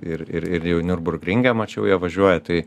ir ir ir jau niurbur ringe mačiau jie važiuoja tai